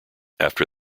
after